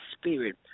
spirit